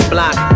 Block